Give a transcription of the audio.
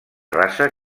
raça